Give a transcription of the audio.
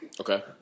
Okay